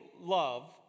love